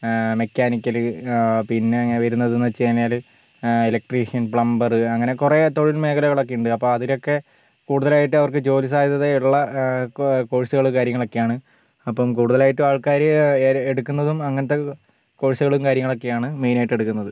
mechanical പിന്നെ വരുന്നത് ന്ന് വെച്ചുകഴിഞ്ഞാൽ ഇലക്ട്രീഷ്യൻ പ്ലംബറ് അങ്ങനെ കുറെ തൊഴിൽ മേഖലകളൊക്കെയുണ്ട് അപ്പോൾ അതിലൊക്കെ കൂടുതലായിട്ടും അവർക്ക് ജോലി സാധ്യതയുള്ള കോഴ്സുകൾ കാര്യങ്ങളൊക്കെയാണ് അപ്പം കൂടുതലായിട്ടും ആൾക്കാർ എടുക്കുന്നതും അങ്ങനത്തെ കോഴ്സുകളും കാര്യങ്ങളൊക്കെയാണ് മെയിനായിട്ടെടുക്കുന്നത്